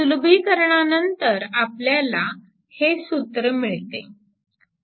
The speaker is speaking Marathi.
सुलभीकरणानंतर आपल्याला हे सूत्र मिळते